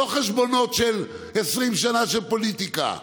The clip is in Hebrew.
לא חשבונות של 20 שנה של פוליטיקה.